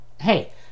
Hey